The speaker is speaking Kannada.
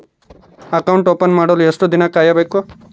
ಅಕೌಂಟ್ ಓಪನ್ ಮಾಡಲು ಎಷ್ಟು ದಿನ ಕಾಯಬೇಕು?